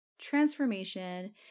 transformation